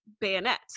bayonet